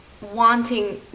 wanting